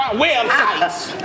websites